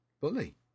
bully